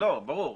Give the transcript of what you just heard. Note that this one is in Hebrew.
ברור.